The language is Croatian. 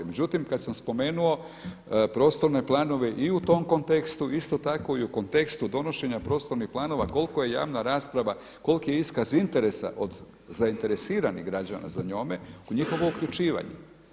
Međutim, kada sam spomenuo prostorne planove i u tom kontekstu isto tako i u kontekstu donošenja prostornih planova koliko je javna rasprava, koliki je iskaz interesa od zainteresiranih građana za njome njihovo uključivanje.